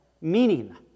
Meaning